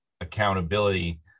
accountability